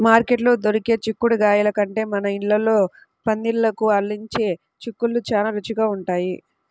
మార్కెట్లో దొరికే చిక్కుడుగాయల కంటే మన ఇళ్ళల్లో పందిళ్ళకు అల్లించే చిక్కుళ్ళు చానా రుచిగా ఉంటయ్